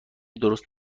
درست